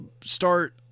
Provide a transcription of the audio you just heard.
start